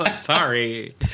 Sorry